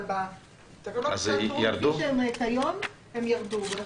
אבל בתקנות שעת חירום כפי שהן כיום הם ירדו.